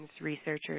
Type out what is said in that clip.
researchers